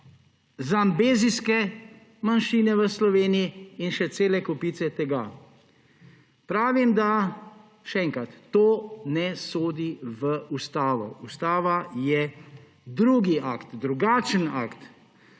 zambezijske manjšine v Sloveniji in še cele kopice tega. Pravim, še enkrat, da to ne sodi v ustavo. Ustava je drugi akt, drugačen akt,